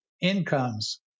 incomes